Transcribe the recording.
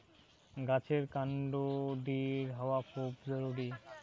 গাছের কান্ড দৃঢ় হওয়া খুব জরুরি